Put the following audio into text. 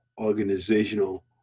organizational